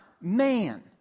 man